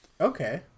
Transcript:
Okay